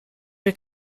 wir